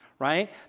Right